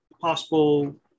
possible